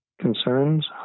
concerns